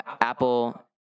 apple